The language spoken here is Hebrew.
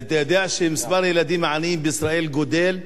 אתה יודע שמספר הילדים העניים בישראל גדל?